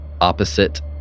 Opposite